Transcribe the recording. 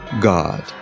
God